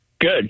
Good